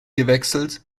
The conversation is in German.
gewechselt